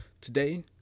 Today